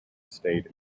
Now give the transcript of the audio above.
state